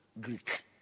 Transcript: Greek